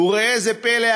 ראה זה פלא,